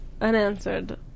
unanswered